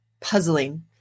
puzzling